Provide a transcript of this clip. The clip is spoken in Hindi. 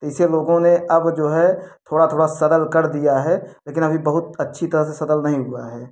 इसे लोगों ने अब जो है थोड़ा थोड़ा सरल कर दिया है लेकिन अभी बहुत अच्छी तरह से सरल नहीं हुआ है